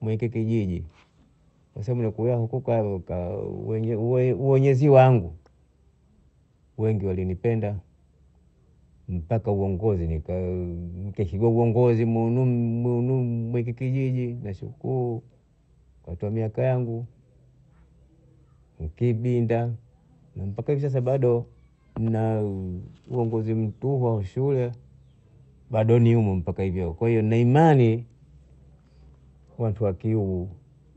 Mweka hiki Kijiji kwa sababu kukaya kukaa wenyezi wangu wengi walinipenda mpaka uongozi nikashika uongozi munu munu mu Kijiji nashuku watu wa miaka yangu nikibinda mpaka hivi sasa bado na uongozi mkubwa wa shule bado nimo mpaka hivi leo naimani watu wa kihu